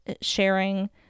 sharing